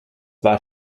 war